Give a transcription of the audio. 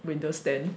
windows ten